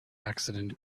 incident